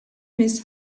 miss